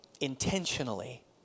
intentionally